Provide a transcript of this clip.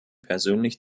persönlich